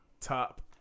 top